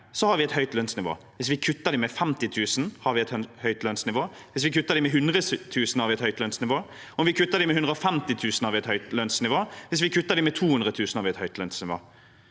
har vi et høyt lønnsnivå. Hvis vi kutter dem med 50 000 kr, har vi et høyt lønnsnivå. Hvis vi kutter dem med 100 000 kr, har vi et høyt lønnsnivå. Hvis vi kutter dem med 150 000 kr, har vi et høyt lønnsnivå. Hvis vi kutter dem med 200 000 kr, har vi et høyt lønnsnivå.